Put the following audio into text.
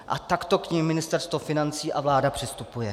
A takto k nim Ministerstvo financí a vláda přistupuje.